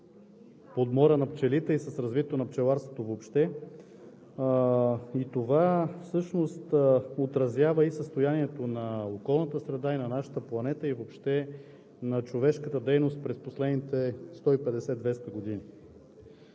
подмора на пчелите и с развитието на пчеларството въобще. И това всъщност отразява и състоянието на околната среда, и на нашата планета, и въобще на човешката дейност през последните 150 – 200 години.